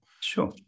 Sure